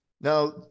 Now